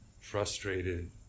frustrated